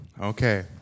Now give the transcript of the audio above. Okay